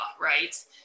Right